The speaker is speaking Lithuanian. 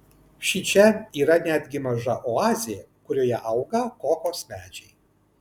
šičia yra netgi maža oazė kurioje auga kokos medžiai